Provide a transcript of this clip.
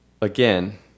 again